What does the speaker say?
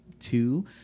two